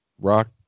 rock